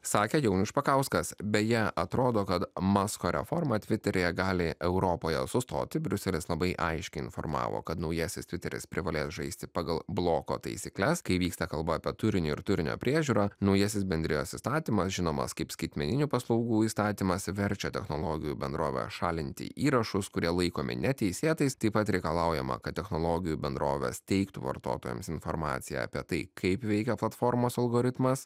sakė jaunius špakauskas beje atrodo kad maskva reformą tviteryje gali europoje sustoti briuselis labai aiškiai informavo kad naujasis riteris privalės žaisti pagal bloko taisykles kai vyksta kalba apie turinį ir turinio priežiūrą naujasis bendrijos įstatymas žinomas kaip skaitmeninių paslaugų įstatymas verčia technologijų bendrovė šalinti įrašus kurie laikomi neteisėtais taip pat reikalaujama kad technologijų bendroves teikti vartotojams informaciją apie tai kaip veikia platformos algoritmas